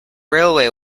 railway